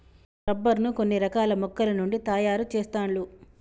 rubber ను కొన్ని రకాల మొక్కల నుండి తాయారు చెస్తాండ్లు